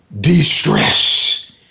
de-stress